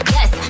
Yes